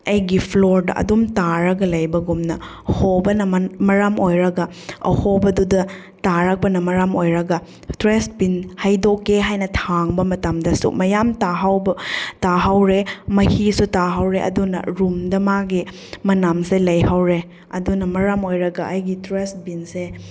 ꯑꯩꯒꯤ ꯐ꯭ꯂꯣꯔꯗ ꯑꯗꯨꯝ ꯇꯥꯔꯒ ꯂꯩꯕꯒꯨꯝꯅ ꯍꯣꯕꯅ ꯃꯔꯝ ꯑꯣꯏꯔꯒ ꯑꯍꯣꯕꯗꯨꯗ ꯇꯥꯔꯛꯄꯅ ꯃꯔꯝ ꯑꯣꯏꯔꯒ ꯇ꯭ꯔꯥꯁ ꯕꯤꯟ ꯍꯩꯗꯣꯛꯀꯦ ꯍꯥꯏꯅ ꯊꯥꯡꯕ ꯃꯇꯝꯗꯁꯨ ꯃꯌꯥꯝ ꯇꯥꯍꯧꯕ ꯇꯥꯍꯧꯔꯦ ꯃꯍꯤꯁꯨ ꯇꯥꯍꯧꯔꯦ ꯑꯗꯨꯅ ꯔꯨꯝꯗ ꯃꯥꯒꯤ ꯃꯅꯝꯁꯦ ꯂꯩꯍꯧꯔꯦ ꯑꯗꯨꯅ ꯃꯔꯝ ꯑꯣꯏꯔꯒ ꯑꯩꯒꯤ ꯇ꯭ꯔꯥꯁ ꯕꯤꯟꯁꯦ